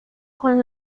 con